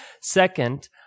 Second